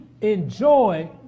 enjoy